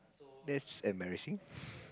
that's embarrassing